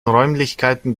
räumlichkeiten